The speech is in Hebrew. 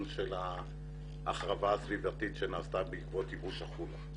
של ההחרבה הסביבתית שנעשתה בעקבות ייבוש החולה.